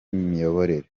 imiyoborere